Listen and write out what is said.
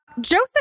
Joseph